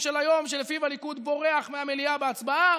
של היום שלפיהם הליכוד בורח מהמליאה בהצבעה?